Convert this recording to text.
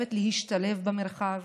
השואפת להשתלב במרחב,